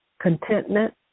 contentment